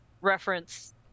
reference